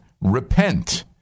repent